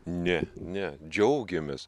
ne ne džiaugiamės